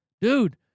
dude